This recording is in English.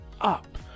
up